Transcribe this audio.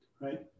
right